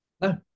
No